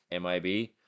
MIB